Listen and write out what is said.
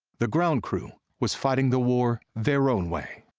the ground crew was fighting the war their own way.